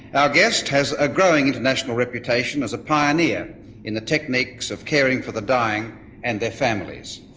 our guest has a growing international reputation as a pioneer in the techniques of caring for the dying and their families.